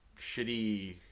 shitty